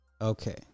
Okay